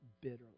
bitterly